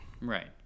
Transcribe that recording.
right